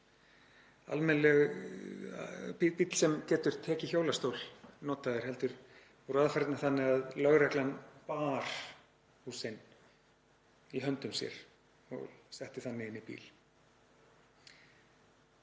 almennilegur bíll sem getur tekið hjólastól heldur voru aðferðirnar þannig að lögreglan bar Hussein í höndum sér og setti þannig inn í bíl.